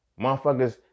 motherfuckers